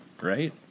right